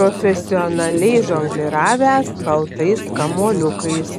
profesionaliai žongliravęs baltais kamuoliukais